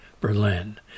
Berlin